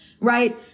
Right